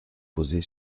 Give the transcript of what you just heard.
posée